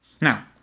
Now